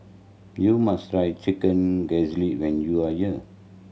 you must try chicken when you are here